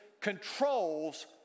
controls